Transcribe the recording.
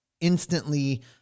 instantly